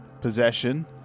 Possession